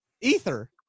ether